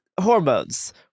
Hormones